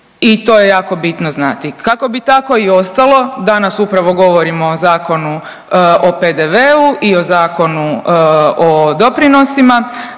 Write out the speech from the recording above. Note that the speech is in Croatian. i to je jako bitno znati. Kako bi tako i ostalo danas upravo govorimo o Zakonu o PDV-u i o Zakonu o doprinosima